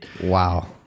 Wow